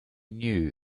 knew